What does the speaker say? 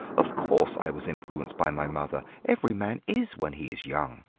of course, i was influenced by my mother. every man is when he is young.